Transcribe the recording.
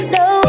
no